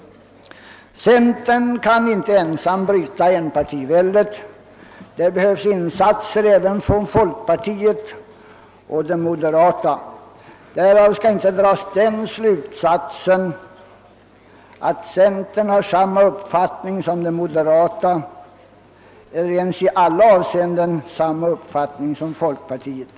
Centern kan inte ensam bryta enpartiväldet — det behövs insatser även av folkpartiet och de moderata. Därav skall inte den slutsatsen dras, att centern har samma uppfattning som de moderata eller ens i alla avseenden samma uppfattning som folkpartiet.